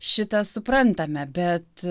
šitą suprantame bet